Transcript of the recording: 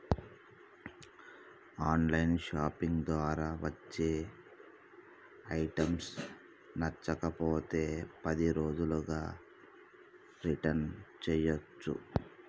on line shopping ద్వారా వచ్చే items నచ్చకపోతే పది రోజుల్లోగా రిటర్న్ చేయ్యచ్చు